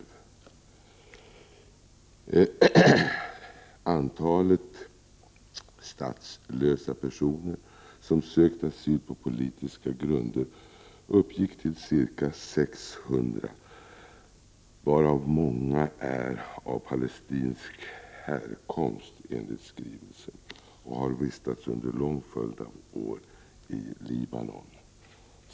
Däri framgår att av antalet statslösa personer som sökt asyl på politiska grunder uppgick till ca 600. Många är enligt skrivelsen av palestinsk härkomst och har vistats under Prot. 1988/89:34 en lång följd av år i Libanon.